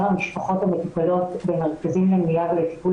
המשפחות המטופלות במרכזים למניעה ולטיפול